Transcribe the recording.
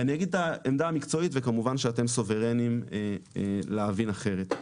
אני אגיד את העמדה המקצועית וכמובן שאתם סוברנים להבין אחרת.